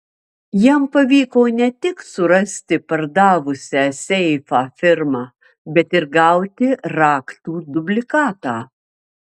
jam pavyko ne tik surasti pardavusią seifą firmą bet ir gauti raktų dublikatą